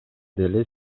деле